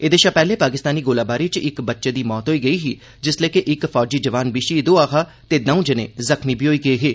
एह्दे शा पैहले पाकिस्तानी गोलाबारी च इक बच्चे दी मौत होई गेई ही जिसलै कि इक फौजी जौआन बी शहीद होआ हा ते द'ऊं जने जख्मी बी होए हे